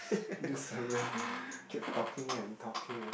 this keep talking and talking and